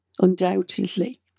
undoubtedly